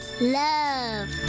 Love